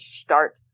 start